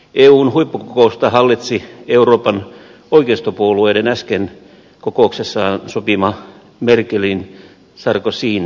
eun huippukokousta hallitsi euroopan oikeistopuolueiden äsken kokouksessaan sopima merkelin ja sarkozyn toimenpidepaketti merkozy paketti